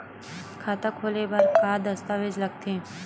खाता खोले बर का का दस्तावेज लगथे?